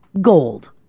gold